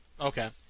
Okay